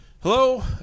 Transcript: Hello